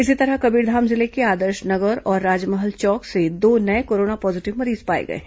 इसी तरह कबीरधाम जिले के आदर्श नगर और राजमहल चौक से दो नये कोरोना पॉजीटिव मरीज पाए गए हैं